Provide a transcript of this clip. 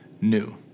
new